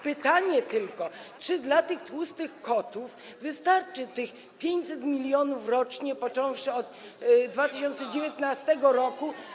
Pytanie tylko, czy dla tych tłustych kotów wystarczy tych 500 mln rocznie, począwszy od 2019 r.